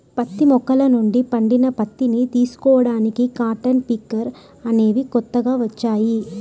పత్తి మొక్కల నుండి పండిన పత్తిని తీసుకోడానికి కాటన్ పికర్ అనేవి కొత్తగా వచ్చాయి